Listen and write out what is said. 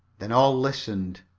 then all listened.